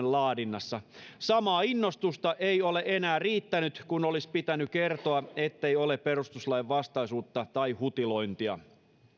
laadinnassa samaa innostusta ei ole enää riittänyt kun olisi pitänyt kertoa ettei ole perustuslainvastaisuutta tai hutilointia